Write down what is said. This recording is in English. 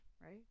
right